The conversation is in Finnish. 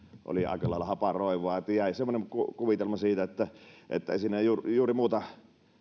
oli aika lailla haparoivaa että jäi semmoinen kuvitelma siitä että että ei siinä juuri juuri muuta